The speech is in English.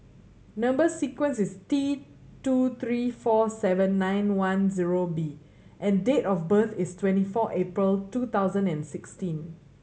number sequence is T two three four seven nine one zero B and date of birth is twenty four April two thousand and sixteen